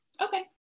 Okay